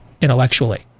intellectually